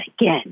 again